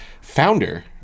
founder